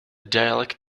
dialect